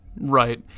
Right